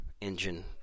engine